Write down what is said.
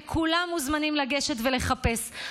וכולם מוזמנים לגשת ולחפש.